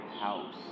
house